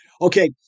Okay